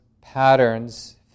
patterns